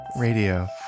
Radio